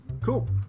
Cool